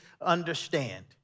understand